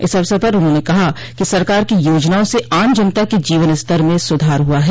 इस अवसर पर उन्होंने कहा कि सरकार की योजनाओं से आम जनता के जीवन स्तर में सुधार हुआ है